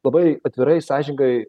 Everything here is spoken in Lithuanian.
labai atvirai sąžiningai